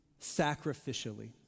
sacrificially